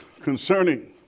concerning